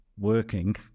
Working